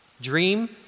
Dream